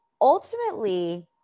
ultimately